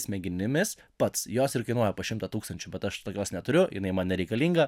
smegenimis pats jos ir kainuoja po šimtą tūkstančių bet aš tokios neturiu jinai man nereikalinga